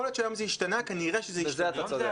יכול להיות שהיום זה השתנה, כנראה שזה השתנה.